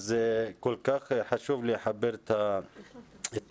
אז כל כך חשוב לחבר את הדברים.